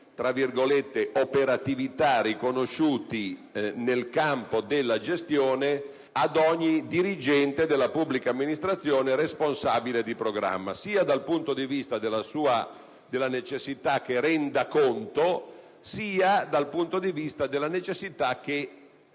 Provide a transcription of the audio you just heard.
i margini di operatività riconosciuti nel campo della gestione ad ogni dirigente della pubblica amministrazione responsabile di programma, sia dal punto di vista della necessità che renda conto, sia dal punto di vista della necessità che